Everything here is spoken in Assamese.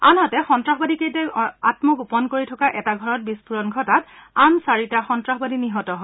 আনহাতে সন্তাসবাদীকেইটাই আমগোপন কৰি থকা এটা ঘৰত বিস্ফোৰণ ঘটাত আন চাৰিটা সন্তাসবাদী নিহত হয়